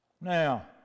Now